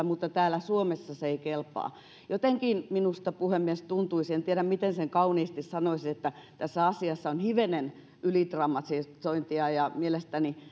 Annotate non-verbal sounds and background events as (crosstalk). (unintelligible) mutta täällä suomessa se ei kelpaa jotenkin minusta puhemies tuntuisi en tiedä miten sen kauniisti sanoisi että tässä asiassa on hivenen ylidramatisointia ja mielestäni (unintelligible)